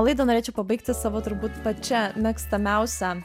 laidą norėčiau pabaigti savo turbūt pačia mėgstamiausia